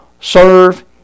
serve